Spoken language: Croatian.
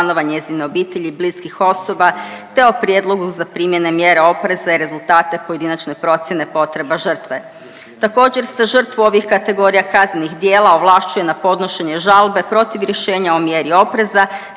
članova njezine obitelji i bliskih osoba te o prijedlogu za primjene mjere opreza i rezultate pojedinačne procjene potreba žrtve. Također se žrtvu ovih kategorija kaznenih djela ovlašćuje na podnošenje žalbe protiv rješenja o mjeri opreza